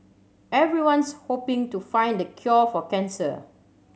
everyone's hoping to find the cure for cancer